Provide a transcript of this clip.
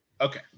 Okay